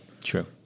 True